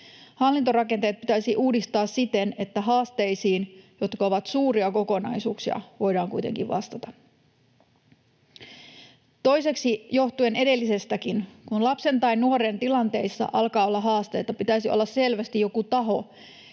Hallintorakenteet pitäisi uudistaa siten, että haasteisiin, jotka ovat suuria kokonaisuuksia, voidaan kuitenkin vastata. Toiseksi, johtuen edellisestäkin, kun lapsen tai nuoren tilanteessa alkaa olla haasteita, pitäisi olla selvästi joku taho